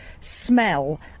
smell